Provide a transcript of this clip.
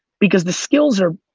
because the skills are,